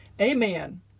Amen